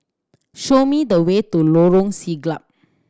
show me the way to Lorong Siglap